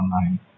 online